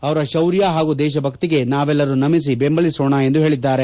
ಅವರ ಶೌರ್ಯ ಹಾಗೂ ದೇಶಭಕ್ತಿಗೆ ನಾವೆಲ್ಲರೂ ನಮಿಸಿ ಬೆಂಬಲಿಸೋಣ ಎಂದು ಹೇಳಿದ್ದಾರೆ